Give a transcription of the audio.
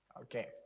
Okay